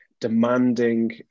demanding